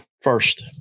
first